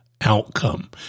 outcome